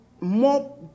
more